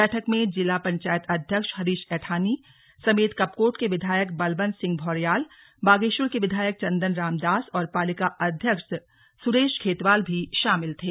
बैठक में जिला पंचायत अध्यक्ष हरीश ऐठानी समेत कपकोट के विधायक बलवंत सिंह भौर्याल बागेश्वर के विधायक चंदन राम दास और पालिका अध्यक्ष सुरेश खेतवाल भी शामिल थे